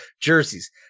jerseys